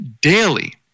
daily